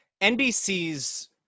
NBC's